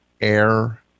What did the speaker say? air